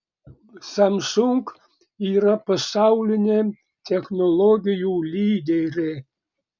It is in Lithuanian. samsung yra pasaulinė technologijų lyderė